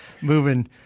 moving